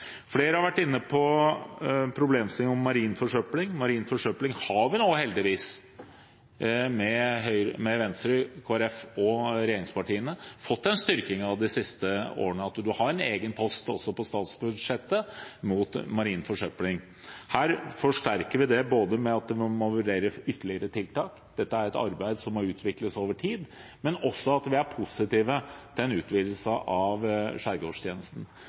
Flere har vært inne på problemstillinger rundt marin forsøpling. Innenfor marin forsøpling har vi nå – med Venstre, Kristelig Folkeparti og regjeringspartiene – heldigvis fått en styrking de siste årene ved at vi har en egen post også på statsbudsjettet mot marin forsøpling. Her forsterker vi det både ved at man må vurdere ytterligere tiltak – dette er et arbeid som må utvikles over tid – og også ved at vi er positive til en utvidelse av Skjærgårdstjenesten.